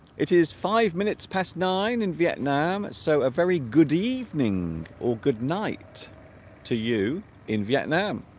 it is five minutes past nine in vietnam so a very good evening or good night to you in vietnam